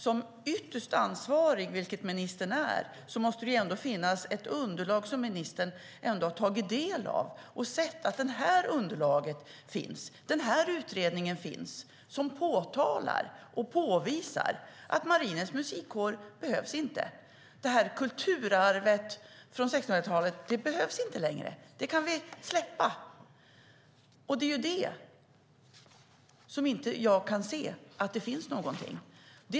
Som ytterst ansvarig, vilket ministern är, måste det ändå finnas ett underlag som ministern har tagit del av och en viss utredning som påtalar och påvisar att Marinens Musikkår inte behövs. Detta kulturarv från 1600-talet behövs inte längre; vi kan släppa det. Jag kan inte se att det finns något sådant underlag.